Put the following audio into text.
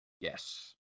Yes